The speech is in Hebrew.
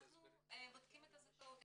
אנחנו בודקים את הזכאות.